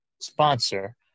sponsor